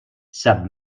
sap